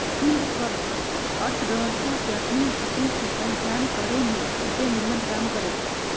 yield curve अर्थव्यवस्था के अखनी स्थिति के पहीचान करेमें खूब निम्मन काम करै छै